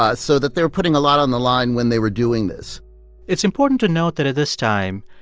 ah so that they were putting a lot on the line when they were doing this it's important to note that at this time,